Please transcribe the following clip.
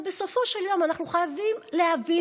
אבל בסופו של יום אנחנו חייבים להבין